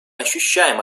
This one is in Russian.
ощущаем